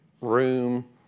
room